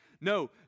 No